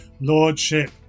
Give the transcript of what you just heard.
lordship